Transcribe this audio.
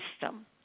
system